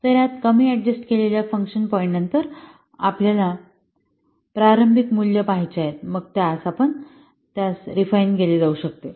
तर या कमी अड्जस्ट असलेल्या फंक्शन पॉईंट नंतर आपल्यास प्रारंभिक मूल्य पाहायचे आहे मग त्यास रिफाइन केले जाऊ शकते